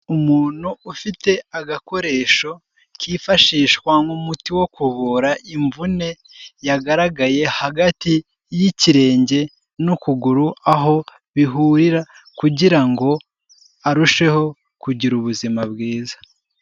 Umuntu ufite agakoresho kifashishwa nk'umuti wo kuvura imvune yagaragaye hagati y'ikirenge n'ukuguru, aho bihurira kugira ngo arusheho kugira ubuzima bwiza.